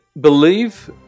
believe